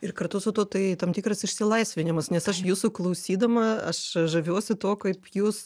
ir kartu su tuo tai tam tikras išsilaisvinimas nes aš jūsų klausydama aš žaviuosi tuo kaip jūs